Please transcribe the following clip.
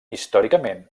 històricament